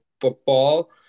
football